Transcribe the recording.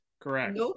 Correct